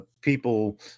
people